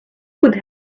could